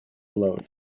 alone